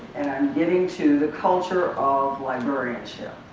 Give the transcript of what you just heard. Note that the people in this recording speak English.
and i'm getting to the culture of librarianship.